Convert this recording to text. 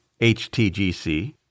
HTGC